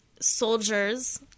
soldiers